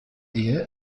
ehe